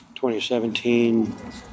2017